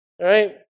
right